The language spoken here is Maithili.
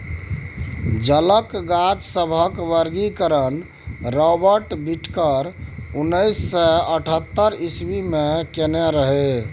जलक गाछ सभक वर्गीकरण राबर्ट बिटकर उन्नैस सय अठहत्तर इस्वी मे केने रहय